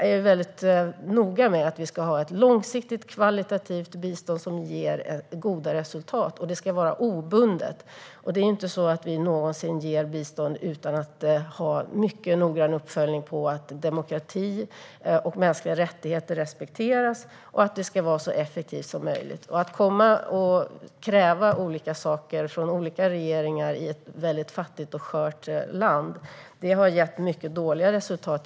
Vi är noga med att vi ska ha ett långsiktigt, kvalitativt bistånd som ger goda resultat, och det ska vara obundet. Vi ger aldrig bistånd utan att noggrant följa upp att demokrati och mänskliga rättigheter respekteras och att det är så effektivt som möjligt. Att kräva saker från regeringar i fattiga och sköra länder har genom historien gett dåligt resultat.